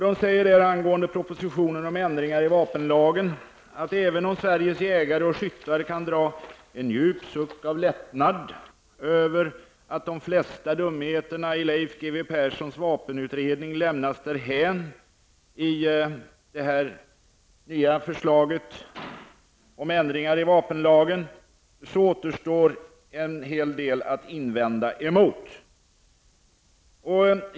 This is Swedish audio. De säger där angående propositionen om ändringar av vapenlagen att: ''Även om Sveriges jägare och skyttar kan dra en djup suck av lättnad över att de flesta dumheterna i Leif G W Perssons vapenutredning lämnats därhän i de nyligen lagda förslagen om ändringar i vapenlagen m.m. så återstår emellertid mycket att invända emot.